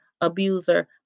abuser